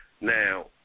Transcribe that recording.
Now